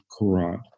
Quran